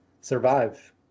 survive